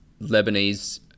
Lebanese